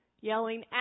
yelling